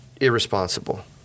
irresponsible